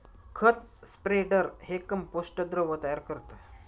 खत स्प्रेडर हे कंपोस्ट द्रव तयार करतं